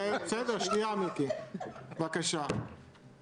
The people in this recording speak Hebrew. אנחנו מחכים לפטור מחובת הנחה על ההצעה הזאת.